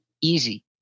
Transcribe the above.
Easy